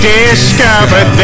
discovered